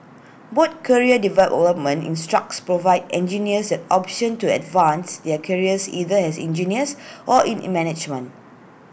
both career development structures provide engineers at option to advance their careers either as engineers or in management